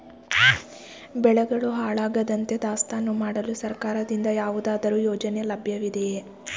ಬೆಳೆಗಳು ಹಾಳಾಗದಂತೆ ದಾಸ್ತಾನು ಮಾಡಲು ಸರ್ಕಾರದಿಂದ ಯಾವುದಾದರು ಯೋಜನೆ ಲಭ್ಯವಿದೆಯೇ?